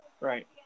Right